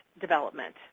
development